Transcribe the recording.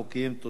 תודה רבה.